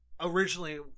originally